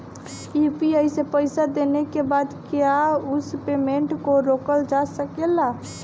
UPI से पईसा देने के बाद क्या उस पेमेंट को रोकल जा सकेला?